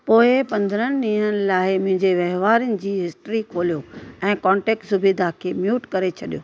पोइ पंद्नहं ॾींहंनि लाइ मुंहिंजे वहिंवारनि जी हिस्ट्री खोलियो ऐं कॉन्टेक्ट ज़ुबैदा खे म्यूट करे छॾियो